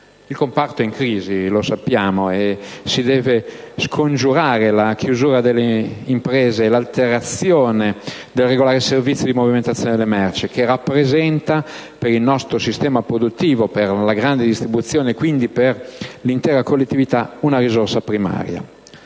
Il comparto è in crisi - lo sappiamo - e si deve scongiurare la chiusura delle imprese e l'alterazione del regolare servizio di movimentazione delle merci, che rappresenta per il nostro sistema produttivo, per la grande distribuzione e, quindi, per l'intera collettività una risorsa primaria.